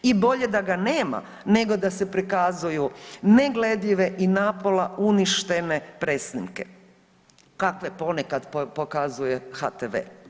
I bolje da ga nema nego da se prikazuju negledljive i napola uništene presnimke kakve ponekad pokazuje HTV.